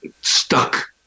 stuck